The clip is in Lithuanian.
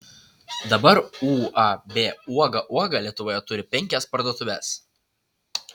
dabar uab uoga uoga lietuvoje turi penkias parduotuves